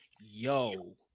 Yo